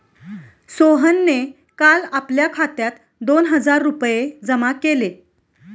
सोहनने काल आपल्या खात्यात दोन हजार रुपये जमा केले